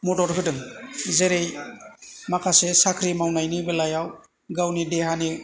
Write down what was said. मदद होदों जेरै माखासे साख्रि मावनायनि बेलायाव गावनि देहानि